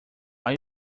are